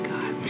God